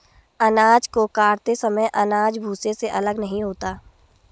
अनाज को काटते समय अनाज भूसे से अलग नहीं होता है